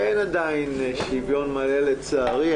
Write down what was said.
אין עדיין שוויון מלא לצערי.